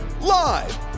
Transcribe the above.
Live